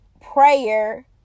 prayer